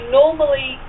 normally